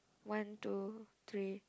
one two three